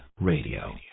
Radio